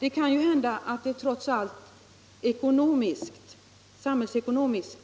Det kan hända att detta trots allt samhälls ekonomiskt